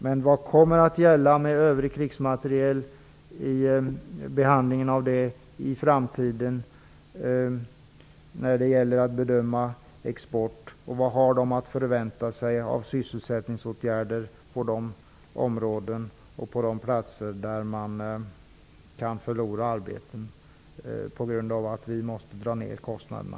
Men vad kommer att gälla för export av övrig krigsmateriel i framtiden? Vad har man att förvänta sig av sysselsättningsåtgärder på de platser där man kan förlora arbeten på grund av att vi måste dra ner kostnaderna?